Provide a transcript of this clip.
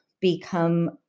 become